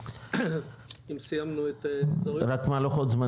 אם סיימנו את האזורים --- רק מה לוחות זמנים?